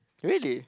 really